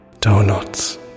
donuts